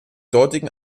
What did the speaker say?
dortigen